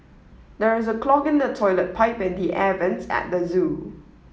there is a clog in the toilet pipe and the air vents at the zoo